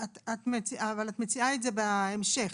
אבל את מציעה את זה בהמשך.